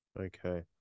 Okay